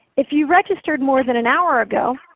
if you registered more than an hour ago,